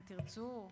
אם תרצו,